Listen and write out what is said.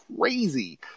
crazy